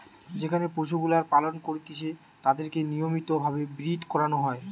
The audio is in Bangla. যেখানে পশুগুলার পালন করতিছে তাদিরকে নিয়মিত ভাবে ব্রীড করানো হয়